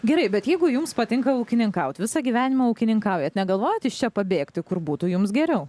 gerai bet jeigu jums patinka ūkininkaut visą gyvenimą ūkininkaujat negalvot iš čia pabėgti kur būtų jums geriau